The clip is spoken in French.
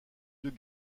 deux